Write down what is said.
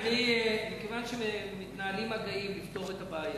מכיוון שמתנהלים מגעים לפתור את הבעיה,